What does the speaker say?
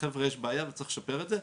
חבר'ה יש בעיה וצריך לשפר את זה.